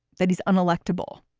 that he's unelectable.